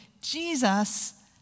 Jesus